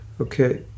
Okay